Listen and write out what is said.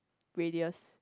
radius